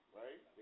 right